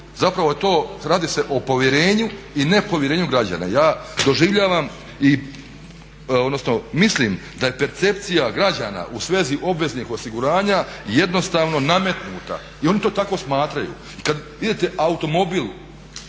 Zapravo se radi o povjerenju i nepovjerenju građana. Ja doživljavam odnosno mislim da je percepcija građana u svezi obveznih osiguranja jednostavno nametnuta i oni to tako smatraju. I kad idete automobil